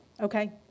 okay